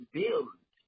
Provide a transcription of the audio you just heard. build